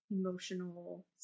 emotional